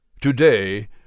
Today